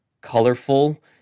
colorful